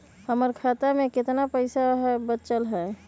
हमर खाता में केतना पैसा बचल हई?